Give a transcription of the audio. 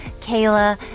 Kayla